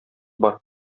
бар